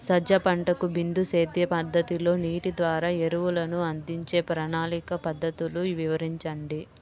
సజ్జ పంటకు బిందు సేద్య పద్ధతిలో నీటి ద్వారా ఎరువులను అందించే ప్రణాళిక పద్ధతులు వివరించండి?